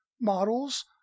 models